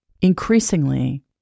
Increasingly